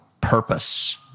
purpose